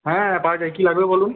হ্যাঁ পাওয়া যায় কী লাগবে বলুন